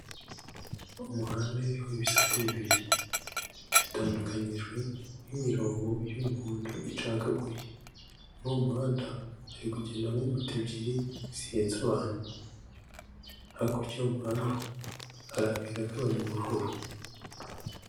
Umuhanda w'ibisate bibiri. Bitandukanyijwe n'imirongo y'umuhondo icagaguye. Muri uwo muhanda, hari kugendamo moto ebyiri zihetse abantu. Hakurya y'uwo muhanda hari akayira k'abanyamaguru.